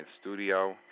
studio